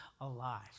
alive